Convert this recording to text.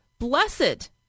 Blessed